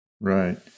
Right